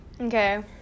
Okay